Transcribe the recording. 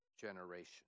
generation